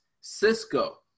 Cisco